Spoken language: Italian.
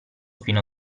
fino